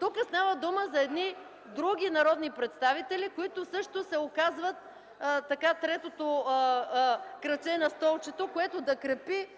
Тук става дума за едни други народни представители, които също се оказват третото краче на столчето, което да крепи